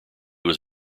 was